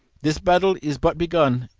this battle is but begun,